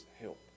help